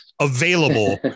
available